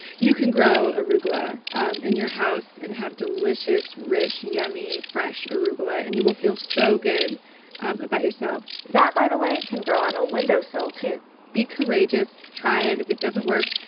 you can grow arugula in your house and have delicious, rich, yummy, fresh arugula, and you will feel so good about yourself that, by the way, can grow on a windowsill, too be courageous. try it. if it doesn't work,